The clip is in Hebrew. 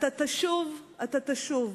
"אתה תשוב, אתה תשוב,